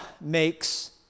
makes